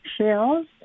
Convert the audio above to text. shells